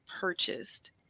purchased